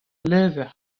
levr